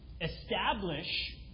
establish